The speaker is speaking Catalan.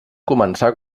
començar